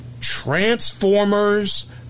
Transformers